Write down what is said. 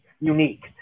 unique